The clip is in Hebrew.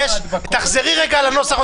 תחזרי רגע על הנוסח.